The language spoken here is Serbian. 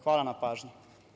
Hvala na pažnji.